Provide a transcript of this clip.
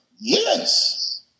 Yes